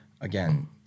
again